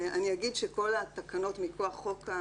אני אגיד שכל התקנות מכוח חוק,